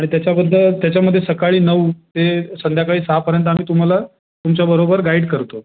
आणि त्याच्याबद्दल त्याच्यामध्ये सकाळी नऊ ते संध्याकाळी सहापर्यंत आम्ही तुम्हाला तुमच्याबरोबर गाईड करतो